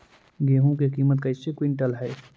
गेहू के किमत कैसे क्विंटल है?